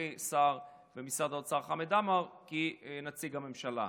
חברי השר במשרד האוצר חמד עמאר כנציג הממשלה.